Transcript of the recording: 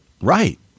Right